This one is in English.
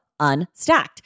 Unstacked